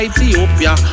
Ethiopia